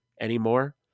anymore